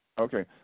Okay